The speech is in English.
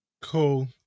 Cool